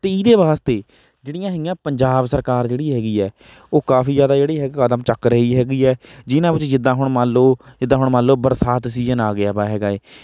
ਅਤੇ ਇਹਦੇ ਵਾਸਤੇ ਜਿਹੜੀਆਂ ਹੈਗੀਆਂ ਪੰਜਾਬ ਸਰਕਾਰ ਜਿਹੜੀ ਹੈਗੀ ਹੈ ਉਹ ਕਾਫ਼ੀ ਜ਼ਿਆਦਾ ਜਿਹੜੇ ਹੈ ਕਦਮ ਚੁੱਕ ਰਹੀ ਹੈਗੀ ਹੈ ਜਿਹਨਾਂ ਵਿੱਚ ਜਿੱਦਾਂ ਹੁਣ ਮੰਨ ਲਉ ਜਿੱਦਾਂ ਹੁਣ ਮੰਨ ਲਉ ਬਰਸਾਤ ਸੀਜਨ ਆ ਗਿਆ ਵਾ ਹੈਗਾ ਹੈ